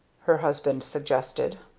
her husband suggested.